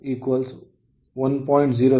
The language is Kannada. ಈಗ ಕಂಪ್ಯೂಟ್ Ze11